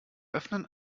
öffnen